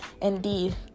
indeed